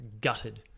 Gutted